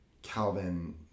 calvin